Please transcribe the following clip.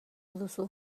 duzu